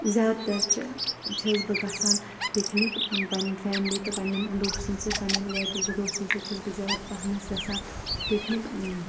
زیادٕ تَر چھِ چھَس بہٕ گژھان پِکنِک پَننہِ فیملی تہٕ پَننیٚن دوستَن سۭتۍ پنٛنیٚن گَرِکیٚن تہٕ دوستَن سۭتۍ چھَس بہٕ زیادٕ پَہنَس گژھان پِکنِک